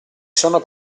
sono